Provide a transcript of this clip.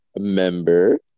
member